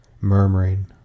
murmuring